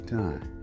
time